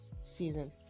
season